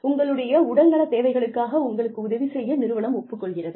உங்களுடைய உடல்நலத் தேவைகளுக்காக உங்களுக்கு உதவி செய்ய நிறுவனம் ஒப்புக் கொள்கிறது